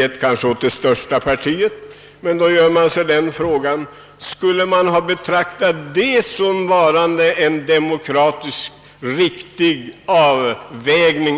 endast åt det största partiet, men skulle det ha betraktats som en demokratiskt riktig avvägning?